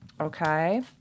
okay